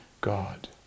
God